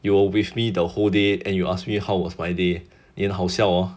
you're with me the whole day and you ask me how was my day 你很好笑 hor